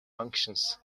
functions